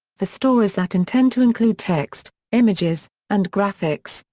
for stories that intend to include text, images, and graphics,